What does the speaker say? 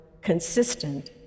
consistent